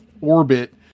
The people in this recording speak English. orbit